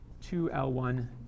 2L1